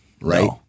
Right